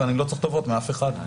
שלא יצטרך טובות מאף אחד.